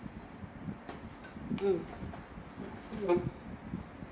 mm